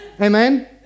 amen